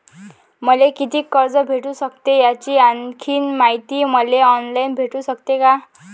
मले कितीक कर्ज भेटू सकते, याची आणखीन मायती मले ऑनलाईन भेटू सकते का?